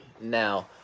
now